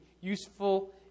useful